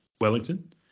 Wellington